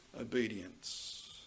obedience